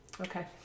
Okay